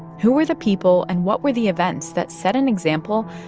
who were the people and what were the events that set an example,